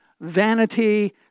vanity